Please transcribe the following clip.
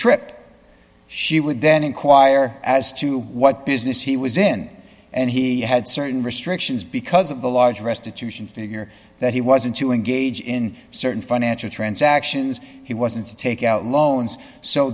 trip she would then inquire as to what business he was in and he had certain restrictions because of the large restitution figure that he was in to engage in certain financial transactions he wasn't to take out loans so